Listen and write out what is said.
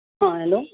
hello